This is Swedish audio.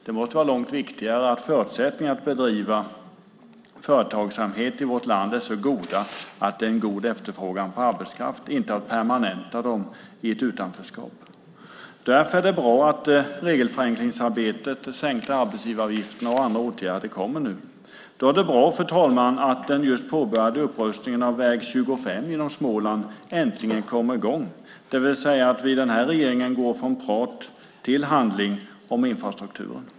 Det måste vara långt viktigare att förutsättningarna att bedriva företagsamhet i vårt land är så goda att det är en god efterfrågan på arbetskraft - inte att permanenta dem i ett utanförskap. Därför är det bra att regelförenklingsarbetet, de sänkta arbetsgivaravgifterna och andra åtgärder kommer nu. Då är det bra, fru talman, att den just påbörjade upprustningen av väg 25 genom Småland äntligen kommer i gång, det vill säga att vi i denna regering går från prat till handling vad gäller infrastrukturen.